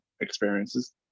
experiences